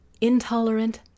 intolerant